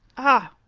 ah!